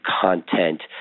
content